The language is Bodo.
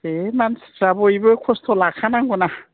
दे मानसिफ्रा बयबो खस्थ' लाखानांगौ ना